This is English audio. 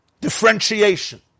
differentiation